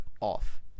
off